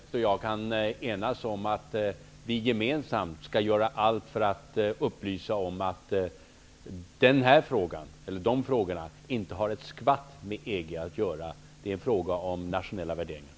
Herr talman! Då kanske Berit Löfstedt och jag kan enas om att vi gemensamt skall göra allt för att upplysa om att de frågorna inte har ett skvatt med EG att göra. Det är en fråga om nationella värderingar.